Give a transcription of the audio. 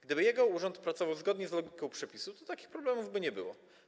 Gdyby jego urząd pracował zgodnie z logiką przepisu, to takich problemów by nie było.